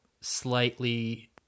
slightly